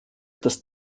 dass